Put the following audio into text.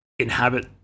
Inhabit